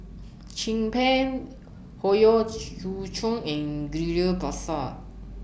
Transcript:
Chin Peng Howe Yoon Chong and Ghillie BaSan